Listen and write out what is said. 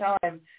time